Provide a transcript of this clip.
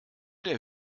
der